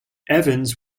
evans